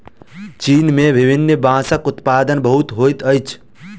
चीन में विभिन्न बांसक उत्पादन बहुत होइत अछि